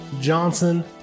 Johnson